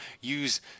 Use